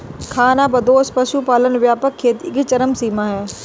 खानाबदोश पशुपालन व्यापक खेती की चरम सीमा है